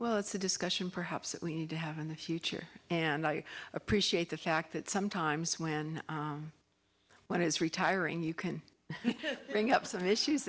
well that's a discussion perhaps that we need to have in the future and i appreciate the fact that sometimes when one is retiring you can bring up some issues